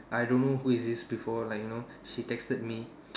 I don't know who is this before like you know she texted me